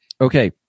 okay